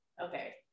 okay